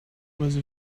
was